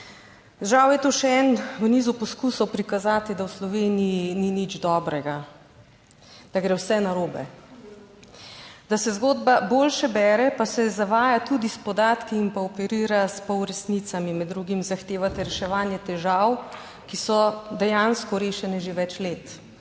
Žal je to še eno v nizu poskusov prikazati, da v Sloveniji ni nič dobrega, da gre vse narobe. Da se zgodba boljše bere, pa se zavaja tudi s podatki in pa operira s polresnicami. Med drugim zahtevate reševanje težav, ki so dejansko rešene že več let,